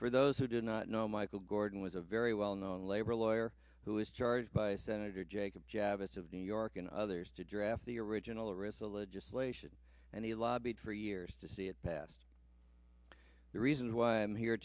for those who do not know michael gordon was a very well known labor lawyer who is charged by senator jacob javits of new york and others to draft the original rissa legislation and he lobbied for years to see it passed the reason why i'm here